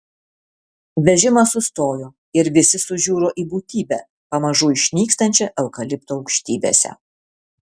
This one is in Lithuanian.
vežimas sustojo ir visi sužiuro į būtybę pamažu išnykstančią eukalipto aukštybėse